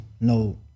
no